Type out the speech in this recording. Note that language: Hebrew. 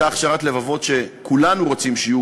אותה הכשרת לבבות שכולנו רוצים שתהיה,